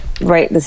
right